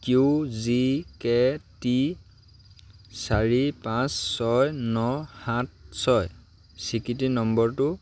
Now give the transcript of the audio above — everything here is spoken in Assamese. কিউ জি কে টি চাৰি পাঁচ ছয় ন সাত ছয় স্বীকৃতি নম্বৰটো